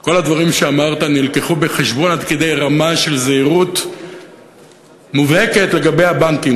כל הדברים שאמרת הובאו בחשבון עד כדי רמה של זהירות מובהקת לגבי הבנקים.